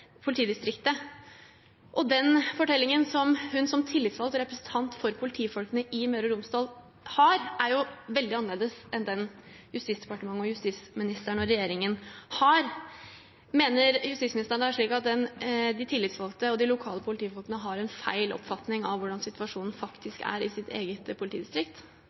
politidistriktet.» Den fortellingen som hun som tillitsvalgt og representant for politifolkene i Møre og Romsdal har, er jo veldig annerledes enn den Justisdepartementet, justisministeren og regjeringen har. Mener justisministeren det er slik at de tillitsvalgte og de lokale politifolkene har en feil oppfatning av hvordan situasjonen faktisk er i sitt eget politidistrikt?